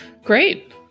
Great